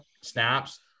snaps